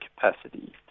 capacity